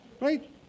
Right